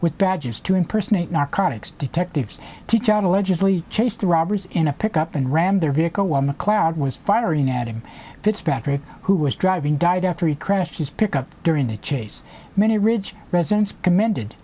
with badges to impersonate narcotics detectives teacher and allegedly chased the robbers in a pickup and rammed their vehicle woman cloud was firing at him fitzpatrick who was driving died after he crashed his pickup during the chase many ridge residents commended